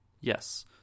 Yes